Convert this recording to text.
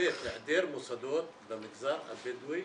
ובאמת העדר מוסדות במגזר הבדואי